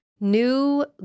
New